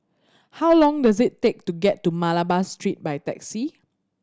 how long does it take to get to Malabar Street by taxi